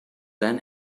than